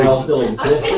um still exists.